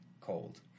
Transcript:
cold